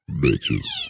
bitches